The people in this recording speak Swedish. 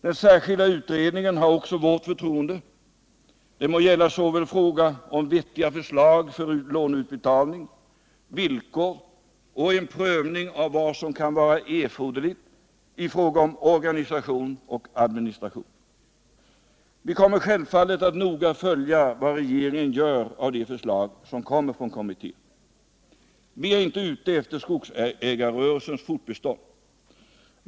Den särskilda utredningen har också vårt förtroende, det må gälla vettiga förslag för låneutbetalning, villkor och en prövning av vad som kan vara erforderligt i fråga om organisation och administration. Vi kommer självfallet att noga följa vad regeringen gör av de förslag som kommer från kommittén. Vi vill inte komma åt skogsägarrörelsens fortbestånd.